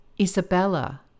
Isabella